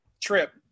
Trip